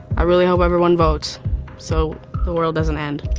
i really hope everyone votes so the world doesn't end.